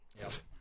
Yes